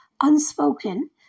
unspoken